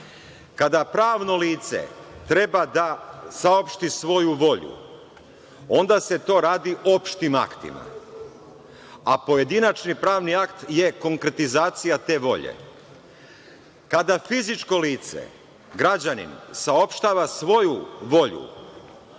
Kada pravno lice treba da saopšti svoju volju, onda se to radi opštim aktima, a pojedinačni pravni akt je konkretizacija te volje. Kada fizičko lice, građanin saopštava svoju volju,